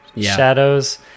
shadows